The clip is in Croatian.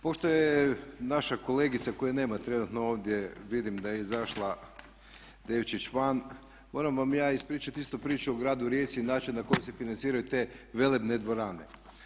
Pošto je naša kolegica koje nema trenutno ovdje, vidim da je izašla, Devčić van, moram vam ja ispričati istu priču o gradu Rijeci i način na koji se financiraju te velebne dvorane.